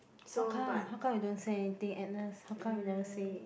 how come how come you don't say anything Agnes how come you never say